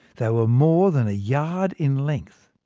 they were more than a yard in length,